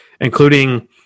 including